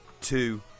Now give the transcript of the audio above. two